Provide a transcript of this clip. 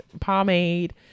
pomade